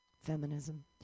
Feminism